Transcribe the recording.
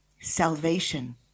salvation